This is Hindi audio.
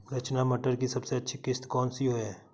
रचना मटर की सबसे अच्छी किश्त कौन सी है?